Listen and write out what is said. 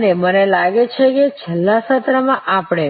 અને મને લાગે છે કે છેલ્લા સત્રમાં આપણે